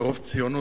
מרוב ציונות,